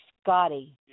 Scotty